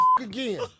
again